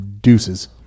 Deuces